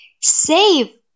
Save